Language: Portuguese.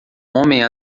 homem